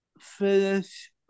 finish